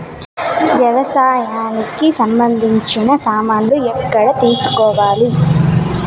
వ్యవసాయానికి సంబంధించిన సామాన్లు ఎక్కడ తీసుకోవాలి?